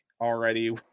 already